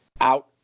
out